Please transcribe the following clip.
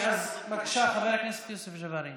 בבקשה, חבר הכנסת יוסף ג'בארין.